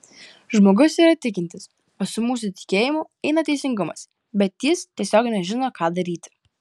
žmogus yra tikintis o su mūsų tikėjimu eina teisingumas bet jis tiesiog nežino ką daryti